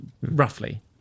Roughly